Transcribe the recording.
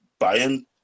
Bayern